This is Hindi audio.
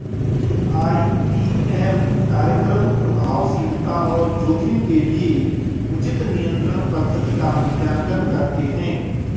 आई.पी.एम कार्यक्रम प्रभावशीलता और जोखिम के लिए उचित नियंत्रण पद्धति का मूल्यांकन करते हैं